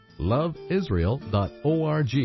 loveisrael.org